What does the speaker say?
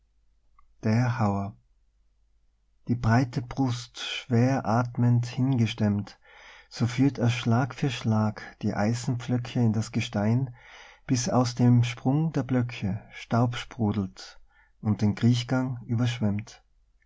der hauer die breite brust schweratmend hingestemmt so führt er schlag für schlag die eisenpflöcke in das gestein bis aus dem sprung der blöcke staub sprudelt und den kriechgang überschwemmt